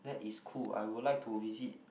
that is cool I will like to visit